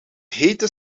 hete